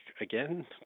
again